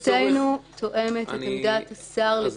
עמדתנו תואמת את עמדת השר לביטחון פנים.